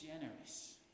generous